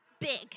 big